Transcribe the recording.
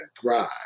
thrive